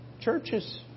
Churches